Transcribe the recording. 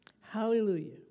Hallelujah